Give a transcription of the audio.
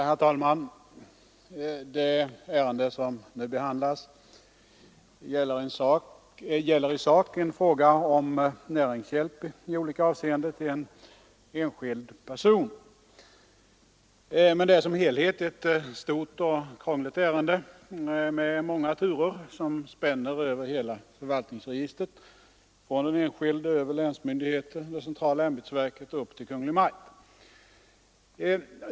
Herr talman! Det ärende som nu behandlas gäller i sak en fråga om näringshjälp i olika avseenden till en enskild person. Men det är som helhet ett stort och krångligt ärende med många turer, som spänner över hela förvaltningsregistret från den enskilde över länsmyndigheter, det centrala ämbetsverket och upp till Kungl. Maj:t.